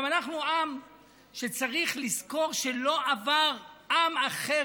אנחנו עם שצריך לזכור שלא עבר עם אחר